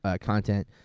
content